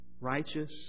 righteous